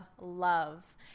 love